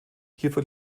hierfür